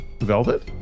Velvet